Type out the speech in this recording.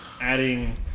adding